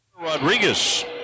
Rodriguez